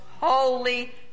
holy